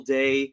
day